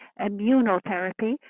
immunotherapy